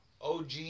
OG